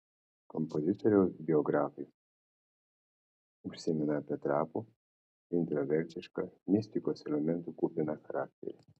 kompozitoriaus biografai užsimena apie trapų intravertišką mistikos elementų kupiną charakterį